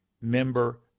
member